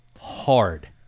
Hard